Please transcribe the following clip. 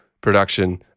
production